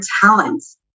talents